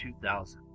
2000